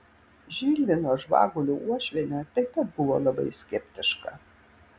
žilvino žvagulio uošvienė taip pat buvo labai skeptiška